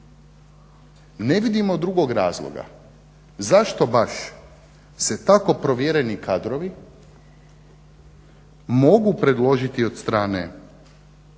Ne vidimo drugog razloga zašto baš se tako provjereni kadrovi mogu predložiti od strane